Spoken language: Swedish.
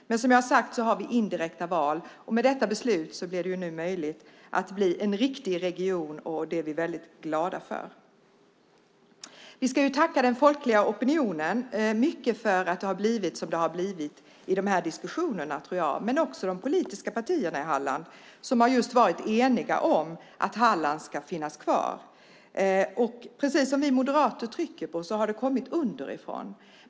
Som jag har sagt har vi indirekta val, och med detta beslut blir det nu möjligt att bli en riktig region. Det är vi väldigt glada för. Jag tror att vi ska tacka den folkliga opinionen mycket för att det har blivit som det har blivit i dessa diskussioner, men också de politiska partierna i Halland som just har varit eniga om att Halland ska finnas kvar. Precis som vi moderater trycker på har det kommit underifrån.